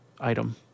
item